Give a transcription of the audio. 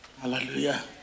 Hallelujah